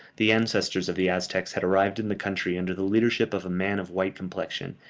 the ancestors of the aztecs had arrived in the country under the leadership of a man of white complexion,